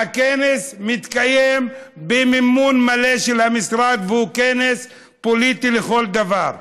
והכנס מתקיים במימון מלא של המשרד והוא כנס פוליטי לכל דבר.